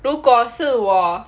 如果是我